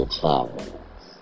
champions